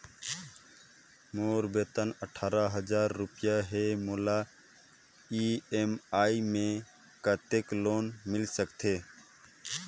मोर वेतन अट्ठारह हजार रुपिया हे मोला ई.एम.आई मे कतेक लोन मिल सकथे?